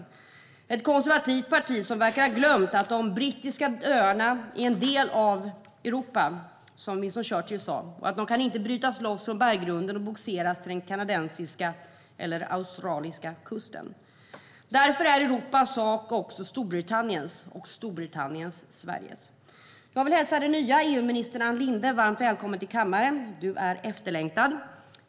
Det är ett konservativt parti som verkar ha glömt att de brittiska öarna är en del av Europa och, som Winston Churchill sa, inte kan brytas loss från berggrunden och bogseras till den kanadensiska eller australiska kusten. Därför är Europas sak också Storbritanniens, och Storbritanniens sak är Sveriges. Jag vill hälsa den nya EU-ministern Ann Linde varmt välkommen till kammaren. Du är efterlängtad!